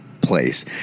place